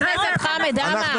חבר הכנסת חמד עמאר,